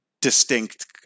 distinct